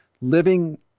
living